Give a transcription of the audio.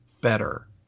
better